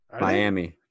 Miami